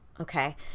okay